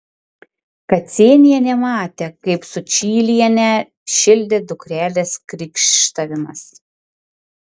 kacėnienė matė kaip sučylienę šildė dukrelės krykštavimas